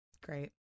Great